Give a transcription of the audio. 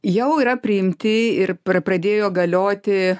jau yra priimti ir pra pradėjo galioti